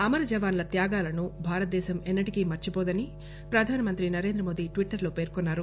అమర జవాన్ల త్యాగాలను భారతదేశం ఎన్నటికీ మర్చిపోదని ప్రధానమంత్రి నరేంద్రమోదీ ట్విట్టర్ లో పేర్కొన్నారు